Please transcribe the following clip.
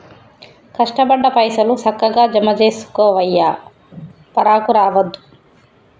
కష్టపడ్డ పైసలు, సక్కగ జమజేసుకోవయ్యా, పరాకు రావద్దు